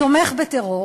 תומך בטרור.